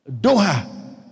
Doha